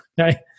Okay